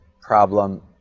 problem